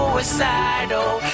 Suicidal